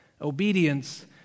obedience